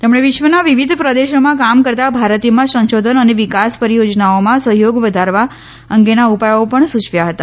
તેમણે વિશ્વના વિવિધ પ્રેદેશોમાં કામ કરતા ભારતીયોમાં સંશોધન અને વિકાસ પરિયોજનાઓમાં સહયોગ વધારવા અંગેના ઉપાયો પણ સૂચવ્યા હતા